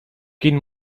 quin